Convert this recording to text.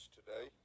today